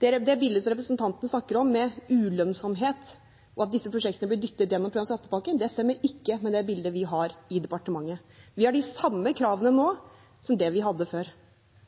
det bildet som representanten snakker om, med ulønnsomhet, og at disse prosjektene blir dyttet gjennom på grunn av skattepakken. Det stemmer ikke med det bildet vi har i departementet. Vi har de samme kravene nå som vi hadde før.